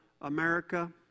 America